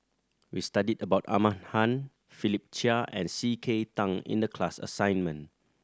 we studied about Ahmad Khan Philip Chia and C K Tang in the class assignment